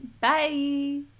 Bye